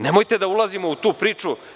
Nemojte da ulazimo u tu priču.